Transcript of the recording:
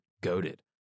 goaded